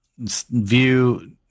View